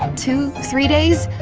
two, three days?